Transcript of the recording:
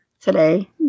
today